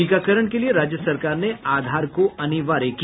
टीकाकरण के लिये राज्य सरकार ने आधार को अनिवार्य किया